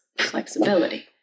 Flexibility